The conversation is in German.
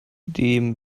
dem